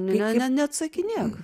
ne ne neatsakinėk